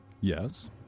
Yes